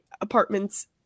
apartment's